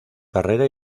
carrera